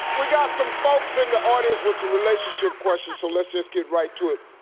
we got some folks in the audience with some relationship questions, so let's just get right to it.